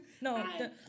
No